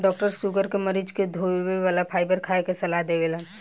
doctor sugar के मरीज के धुले वाला फाइबर खाए के सलाह देवेलन